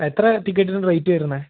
എത്രയാണ് ടിക്കറ്റിന് റേറ്റ് വരുന്നത്